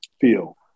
feel